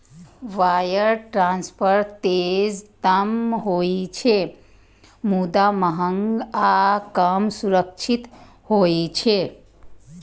wire transfer तेज तं होइ छै, मुदा महग आ कम सुरक्षित होइ छै